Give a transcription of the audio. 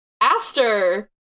Aster